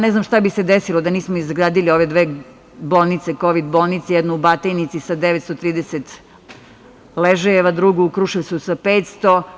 Ne znam šta bi se desilo da nismo izgradili ove dve kovid bolnice, jednu u Batajnici sa 930 ležajeva, drugu u Kruševcu sa 500.